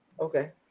Okay